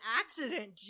accident